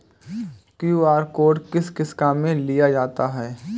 QR code किस किस काम में लिया जाता है?